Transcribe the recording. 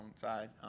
side